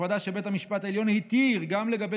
הפרדה שבית המשפט העליון התיר גם לגבי